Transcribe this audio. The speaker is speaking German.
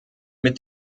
mit